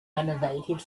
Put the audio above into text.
renovated